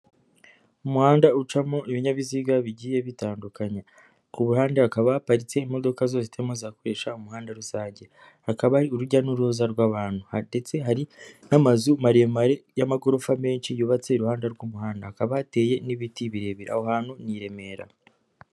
Umuhanda ucamo ibinyabiziga bigiye bitandukanya, ku ruhande hakaba haparitse imodoka zose zitarimo zirkoresha umuhanda rusange, hakaba urujya n'uruza rw'abantu ndetse hari n'amazu maremare y'amagorofa menshi yubatse iruhande rw'umuhanda, hakaba hateye n'ibiti birebire, aho hantu mu i Remera.